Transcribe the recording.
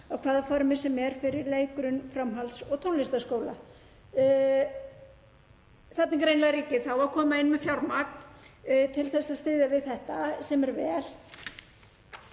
á hvaða formi sem þau eru fyrir leik-, grunn-, framhalds- og tónlistarskóla. Þarna er greinilega ríkið að koma inn með fjármagn til að styðja við þetta, sem er vel.